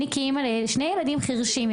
כאימא לשני ילדים חרשים,